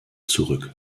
zurück